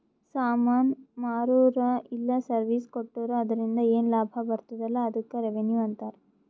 ಸಾಮಾನ್ ಮಾರುರ ಇಲ್ಲ ಸರ್ವೀಸ್ ಕೊಟ್ಟೂರು ಅದುರಿಂದ ಏನ್ ಲಾಭ ಬರ್ತುದ ಅಲಾ ಅದ್ದುಕ್ ರೆವೆನ್ಯೂ ಅಂತಾರ